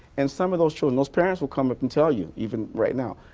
and some of those children, those parents will come up and tell you even right now,